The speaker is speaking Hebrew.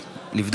נתקבלה.